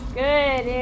good